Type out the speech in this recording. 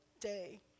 day